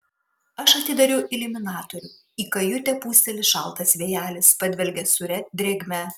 aš atidariau iliuminatorių į kajutę pūsteli šaltas vėjelis padvelkia sūria drėgme